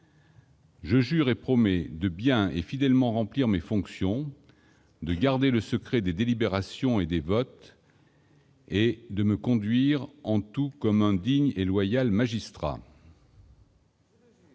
Je jure et promets de bien et fidèlement remplir mes fonctions, de garder le secret des délibérations et des votes, et de me conduire en tout comme un digne et loyal magistrat.